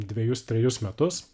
dvejus trejus metus